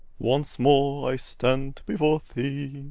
once more i stand before thee.